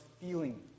feeling